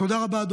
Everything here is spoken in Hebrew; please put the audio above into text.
תודה רבה,